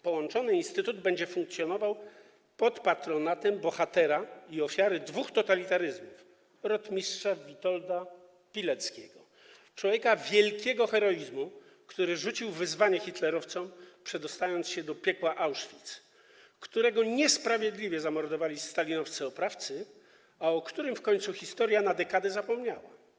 Połączony instytut będzie funkcjonował pod patronatem bohatera i ofiary dwóch totalitaryzmów, rotmistrza Witolda Pileckiego, człowieka wielkiego heroizmu, który rzucił wyzwanie hitlerowcom, przedostając się do piekła Auschwitz, którego niesprawiedliwie zamordowali stalinowscy oprawcy, a o którym w końcu historia na dekadę zapomniała.